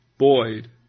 Boyd